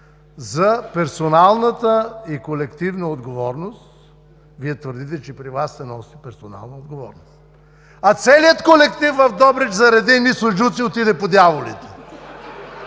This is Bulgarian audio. за персоналната и колективна отговорност. Вие твърдите, че при Вас се носи персонална отговорност, а целият колектив в Добрич заради едни суджуци отиде по дяволите. (Смях.)